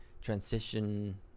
transition